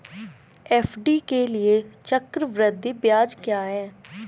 FD के लिए चक्रवृद्धि ब्याज क्या है?